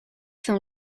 saint